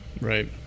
Right